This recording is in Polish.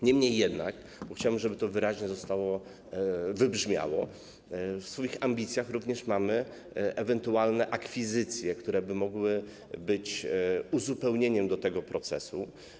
Niemniej jednak - i chciałbym, żeby to wyraźnie wybrzmiało - w swoich ambicjach również mamy ewentualne akwizycje, które mogłyby być uzupełnieniem tego procesu.